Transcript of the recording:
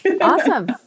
Awesome